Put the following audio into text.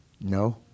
No